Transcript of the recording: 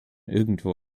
irgendwo